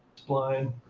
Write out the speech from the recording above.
spline,